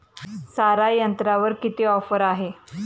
सारा यंत्रावर किती ऑफर आहे?